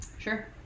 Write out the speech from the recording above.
Sure